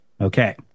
Okay